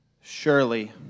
Surely